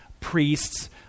priests